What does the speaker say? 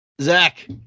Zach